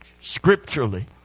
scripturally